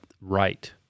right